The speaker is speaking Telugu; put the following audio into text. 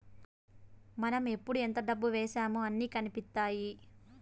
మనం ఎప్పుడు ఎంత డబ్బు వేశామో అన్ని కనిపిత్తాయి